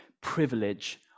privilege